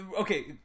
okay